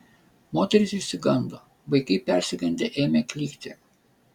moterys išsigando vaikai persigandę ėmė klykti